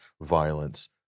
violence